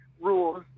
rules